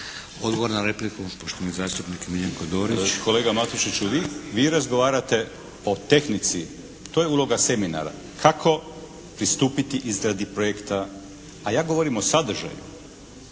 Odgovor na repliku poštovani zastupnik Miljenko Dorić. **Dorić, Miljenko (HNS)** Kolega Matušiću, vi razgovarate o tehnici. To je uloga seminara. Kako pristupiti izradi projekta, a ja govorim o sadržaju.